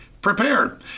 prepared